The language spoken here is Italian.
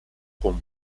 con